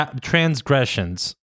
Transgressions